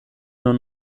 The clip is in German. nur